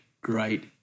great